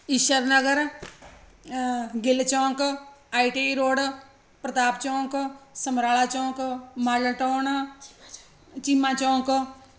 Ishar Nagar Gill chowk ITI road Partap chowk Samrala chowk model town Cheema Chowk